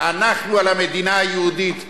אנחנו על המדינה היהודית נשמור.